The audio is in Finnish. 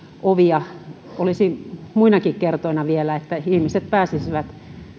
ovia olisi muinakin kertoina vielä että ihmiset pääsisivät